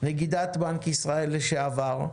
נגידת בנק ישראל לשעבר,